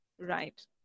right